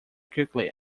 quickly